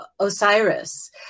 Osiris